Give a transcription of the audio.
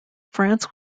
france